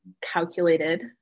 calculated